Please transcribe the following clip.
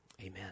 Amen